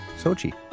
Sochi